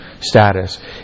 status